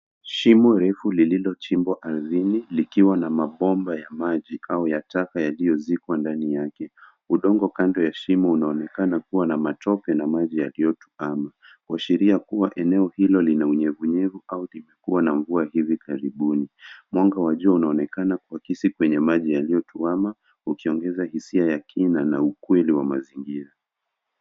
Shimo refu lililochimbwa ardhini likiwa na mabomba ya maji au ya taka yaliyozikwa ndani yake. Udongo kando ya shimo unaonekana kuwa na matope na maji yaliyotuama kuashiria kuwa eneo hilo lina unyevunyevu au limekua na mvua hivi karibuni. Mwanga wa jua unaonekana kuakisi kwenye maji yaliyotuama ukiongeza hisia ya kina na ukweli wa mazingira.